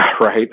right